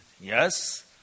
Yes